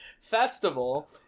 Festival